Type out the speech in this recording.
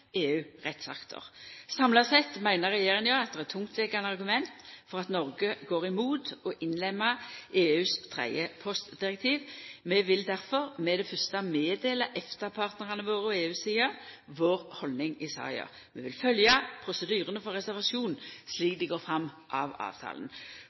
Samla sett meiner regjeringa at det er tungtvegande argument for at Noreg går imot å innlemma EU sitt tredje postdirektiv. Vi vil difor med det fyrste meddela EFTA-partnarane våre og EU-sida vår haldning i saka. Vi vil følgja prosedyrane for reservasjon